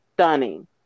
Stunning